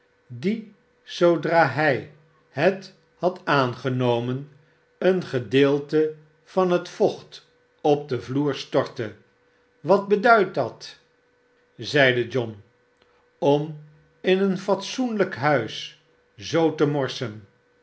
die zoodra hij het had aangenomen een gedeelte van het vocht op den vloer stortte wat beduidt dat zeide john om in een fatsoenlijk huis zoo te morsen